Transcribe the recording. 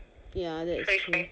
ya that's true